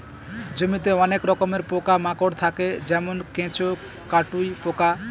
জমিতে অনেক রকমের পোকা মাকড় থাকে যেমন কেঁচো, কাটুই পোকা